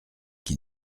qui